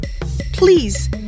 Please